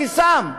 מכיסם.